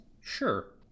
Sure